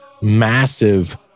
massive